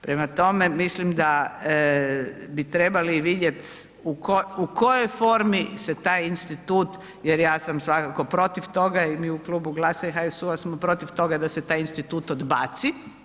Prema tome, mislim da bi trebali vidjeti u kojoj formi se taj institut jer ja sam svakako protiv toga i mi u Klubu Glasa i HSU-a smo protiv toga da se taj institut odbaci.